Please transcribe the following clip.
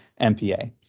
MPA